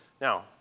Now